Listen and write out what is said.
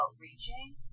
reaching